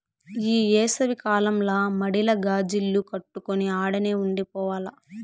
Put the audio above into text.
ఈ ఏసవి కాలంల మడిల గాజిల్లు కట్టుకొని ఆడనే ఉండి పోవాల్ల